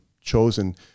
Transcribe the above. chosen